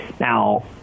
Now